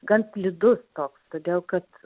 gan slidus toks todėl kad